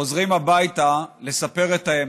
וחוזרים הביתה לספר את האמת,